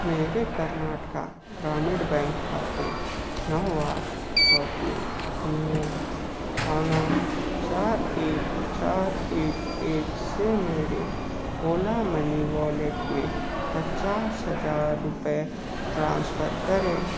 मेरे कर्नाटक ग्रामीण बैंक खाते नौ आठ छः तीन तीन एक छः नौ चार एक चार एक एक से मेरे ओला मनी वॉलेट में पच्चास हज़ार रुपये ट्रांसफर करें